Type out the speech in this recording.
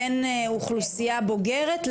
בין אוכלוסייה בוגרת,